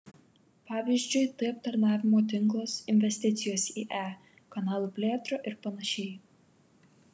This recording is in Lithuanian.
pavyzdžiui tai aptarnavimo tinklas investicijos į e kanalų plėtrą ir panašiai